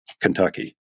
Kentucky